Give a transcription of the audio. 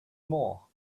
more